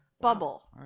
Bubble